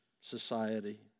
society